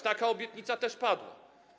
Taka obietnica też padła.